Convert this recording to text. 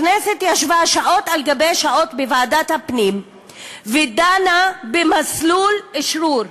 הכנסת ישבה שעות על-גבי שעות בוועדת הפנים ודנה במסלול אשרור,